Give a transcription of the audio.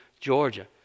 Georgia